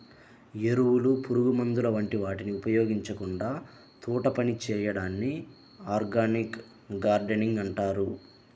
ఎరువులు, పురుగుమందుల వంటి వాటిని ఉపయోగించకుండా తోటపని చేయడాన్ని ఆర్గానిక్ గార్డెనింగ్ అంటారు